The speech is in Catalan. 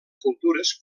cultures